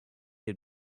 had